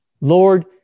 Lord